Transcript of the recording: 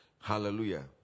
hallelujah